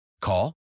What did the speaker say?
Call